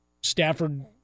Stafford